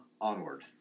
onward